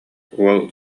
уол